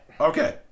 Okay